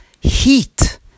heat